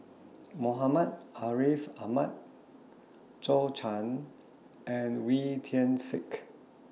Muhammad Ariff Ahmad Zhou and Wee Tian Siak